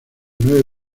nueve